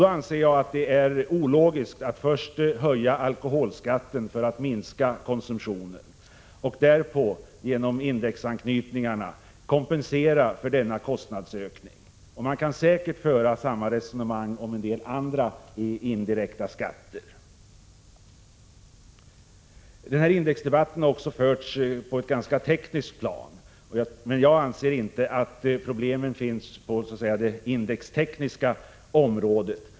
Då anser jag att det är ologiskt att först höja alkoholskatten för att minska konsumtionen och därpå genom indexanknytningarna kompensera för denna kostnadsökning. Man kan säkert föra samma resonemang om en del andra indirekta skatter. Indexdebatten har också förts på ett ganska tekniskt plan, men jag anser inte att problemen finns så att säga på det indextekniska området.